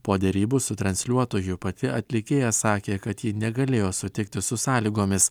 po derybų su transliuotoju pati atlikėja sakė kad ji negalėjo sutikti su sąlygomis